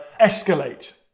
escalate